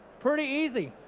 pretty easy.